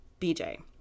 BJ